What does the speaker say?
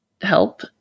help